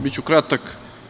Biću kratak.